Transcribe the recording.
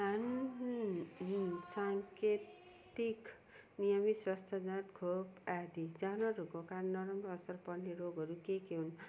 सांकेतिक नियमित स्वस्थ जाँच खोप आदि जनावरहरूको कारण असर पर्ने रोगहरू के के हुन्